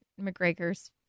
McGregor's